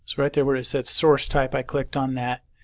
so right there were it says source type i clicked on that,